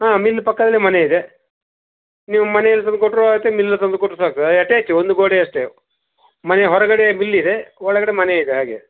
ಹಾಂ ಮಿಲ್ ಪಕ್ಕದಲ್ಲೆ ಮನೆ ಇದೆ ನೀವು ಮನೆಯಲ್ಲಿ ತಂದು ಕೊಟ್ಟರು ಆಗುತ್ತೆ ಮಿಲ್ಲಲ್ಲಿ ತಂದು ಕೊಟ್ಟರು ಸಹ ಆಗ್ತದೆ ಅದು ಅಟ್ಯಾಚು ಒಂದು ಗೋಡೆ ಅಷ್ಟೆ ಮನೆಯ ಹೊರಗಡೆ ಮಿಲ್ ಇದೆ ಒಳಗಡೆ ಮನೆ ಇದೆ ಹಾಗೆ